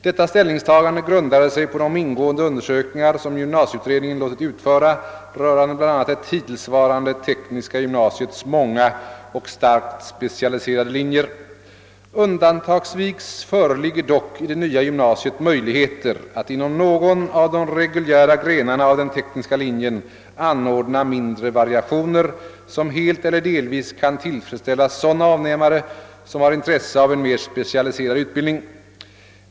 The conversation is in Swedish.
Detta ställningstagande grundade sig på de ingående undersökningar som :sgymnasieutredningen låtit utföra rörande bl a. det hittillsvarande tekniska gymnasiets många och starkt specialiserade linjer. Undantagsvis föreligger dock i det nya gymnasiet möjligheter att inom någon av de reguljära grenarna av den tekniska linjen anordna mindre variationer, som helt eller delvis kan tillfredsställa sådana avnämare som har intresse av en mer specialiserad utbildning.